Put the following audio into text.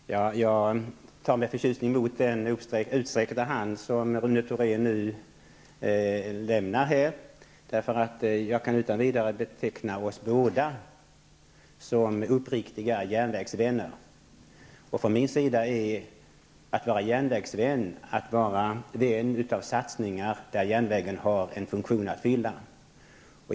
Herr talman! Jag tar med förtjusning emot den utsträckta hand som Rune Thorén räcker fram. Jag kan utan vidare beteckna oss båda som uppriktiga järnvägsvänner. Att vara järnvägsvän är att vara vän av satsningar där järnvägen har en funktion att fylla.